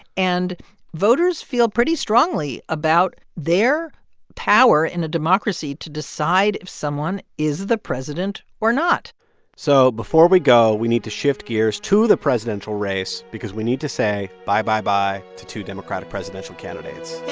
and voters feel pretty strongly about their power in a democracy to decide if someone is the president or not so before we go, we need to shift gears to the presidential race because we need to say bye, bye, bye to two democratic presidential candidates